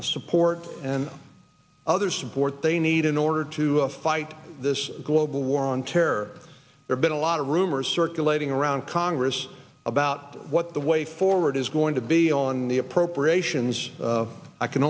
logistical support and other support they need in order to fight this global war on terror there's been a lot of rumors circulating around congress about what the way forward is going to be on the appropriations i can